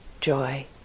joy